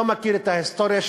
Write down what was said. לא מכיר את ההיסטוריה שלהם,